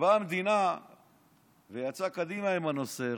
כשבאה המדינה ויצאה קדימה עם הנושא,